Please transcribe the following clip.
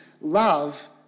love